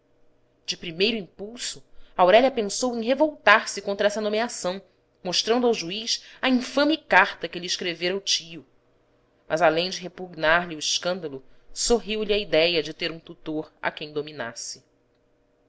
de primeiro impulso aurélia pensou em revoltar-se contra essa nomeação mostrando ao juiz a infame carta que lhe escrevera o tio mas além de repugnar lhe o escândalo sorriu-lhe a idéia de ter um tutor a quem dominasse